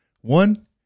one